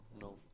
no